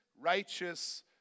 righteous